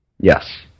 Yes